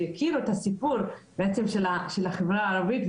שיכירו את הסיפור בעצם של החברה הערבית,